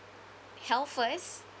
health first